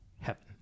heaven